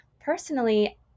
Personally